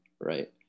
right